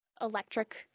electric